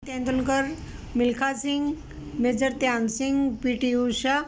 Tendulkar Milkha Singh Major Dhyan Singh PT Usha